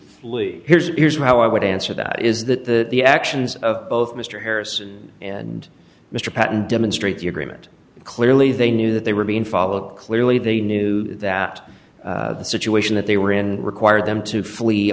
leave here's here's how i would answer that is that the the actions of both mr harrison and mr patten demonstrate the agreement clearly they knew that they were being followed clearly they knew that the situation that they were in require them to flee